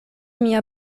mia